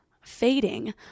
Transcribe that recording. fading